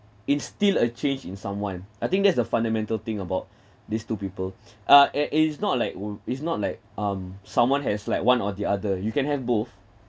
instill a change in someone I think that's the fundamental thing about these two people uh and it's not like wu~ it's not like um someone has like one or the other you can have both